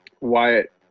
Wyatt